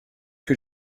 que